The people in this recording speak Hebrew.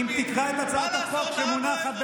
אם תקרא את הצעת החוק שמונחת בפניך,